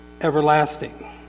everlasting